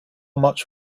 much